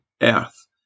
earth